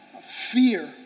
fear